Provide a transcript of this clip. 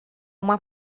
uma